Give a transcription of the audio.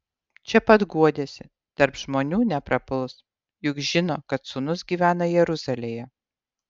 čia pat guodėsi tarp žmonių neprapuls juk žino kad sūnus gyvena jeruzalėje